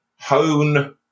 hone